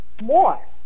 more